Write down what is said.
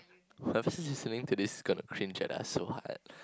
whoever is listening to this is gonna cringe at us so hard